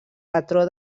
patró